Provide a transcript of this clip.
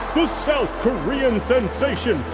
the south korean sensation,